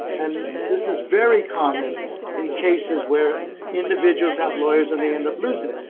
and this is very common in cases where individuals have lawyers and they end up losing.